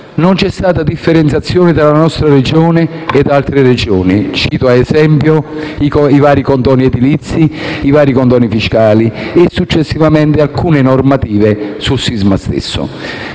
alcuna differenziazione tra la nostra e le altre Regioni. Cito ad esempio i vari condoni edilizi, i condoni fiscali e successivamente alcune normative sul sisma stesso.